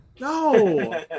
No